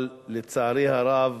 אבל לצערי הרב,